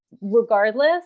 Regardless